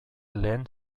lehen